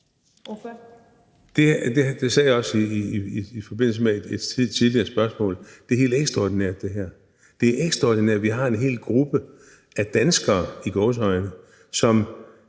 Det sagde jeg også i forbindelse med et tidligere spørgsmål. Det her er helt ekstraordinært. Det er ekstraordinært, at vi har en hel gruppe af danskere – i gåseøjne – som